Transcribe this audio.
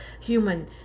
human